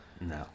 No